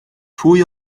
pwy